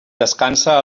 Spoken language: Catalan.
descansa